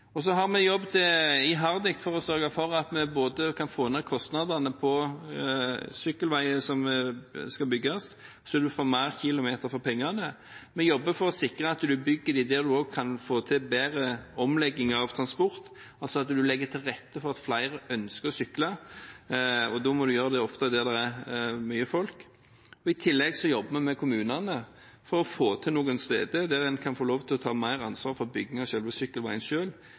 viktig. Så har vi jobbet iherdig for å få ned kostnadene på sykkelveier som skal bygges, så en får flere kilometer for pengene. Vi jobber for å sikre at en bygger dem der en kan få til bedre omlegging av transport, altså at en legger til rette for at flere ønsker å sykle. Da må en ofte gjøre dette der det er mye folk. I tillegg jobber vi med kommunene for å få til at en noen steder kan få lov til å ta mer ansvar for bygging av selve sykkelveien